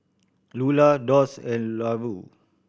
Lula Doss and Larue